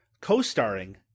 co-starring